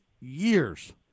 years